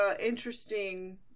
interesting